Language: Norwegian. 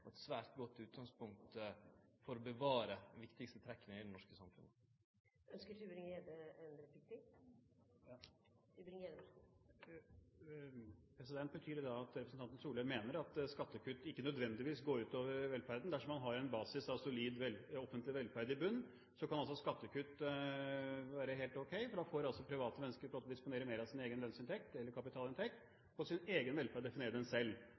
og eit svært godt utgangspunkt for å bevare dei viktigaste trekka i det norske samfunnet. Betyr det da at representanten Solhjell mener at skattekutt ikke nødvendigvis går ut over velferden? Dersom man har solid offentlig velferd i bunnen, kan skattekutt være helt ok, for da får private mennesker lov til å disponere mer av sin egen lønnsinntekt, eller kapitalinntekt, på sin egen velferd definert av dem selv.